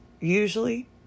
Usually